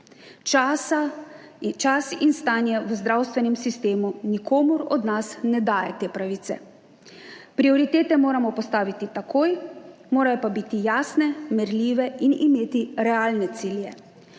čas in stanje v zdravstvenem sistemu nikomur od nas ne daje te pravice. Prioritete moramo postaviti takoj, morajo pa biti jasne, merljive in imeti realne cilje,